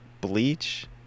Bleach